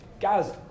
guys